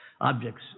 objects